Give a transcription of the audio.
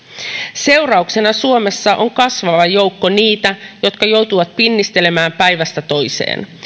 seurauksena suomessa on kasvava joukko niitä jotka joutuvat pinnistelemään päivästä toiseen